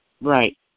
Right